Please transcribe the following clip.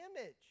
image